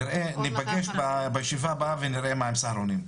ניפגש בישיבה הבאה ונראה מה עם סהרונים.